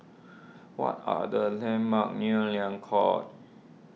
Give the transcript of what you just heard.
what are the landmarks near Liang Court